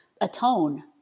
atone